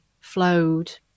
flowed